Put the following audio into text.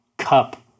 cup